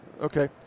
Okay